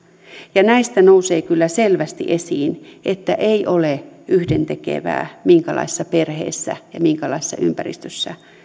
ja näistä nousee kyllä selvästi esiin että ei ole yhdentekevää minkälaisessa perheessä ja minkälaisessa ympäristössä